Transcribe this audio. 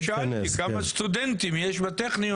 לכן שאלתי כמה סטודנטים יש בטכניון.